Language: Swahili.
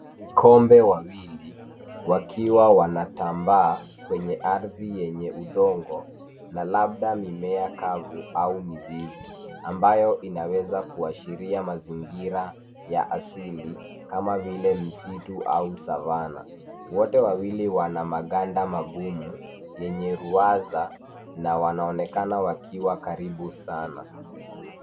Ni kobe wawili wakiwa wanatambaa kwenye Ardhi yenye udongo na labda mimea kavu au mizizi, ambayo inaweza kuashiria mazingira ya asili kama vile msitu au savannah, wote wawili wana maganda magumu yenye ruwaza na wanaonekana wakiwa karibu sana.